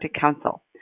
Council